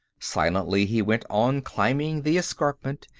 silently he went on climbing the escarpment,